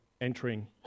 entering